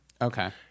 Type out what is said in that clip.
Okay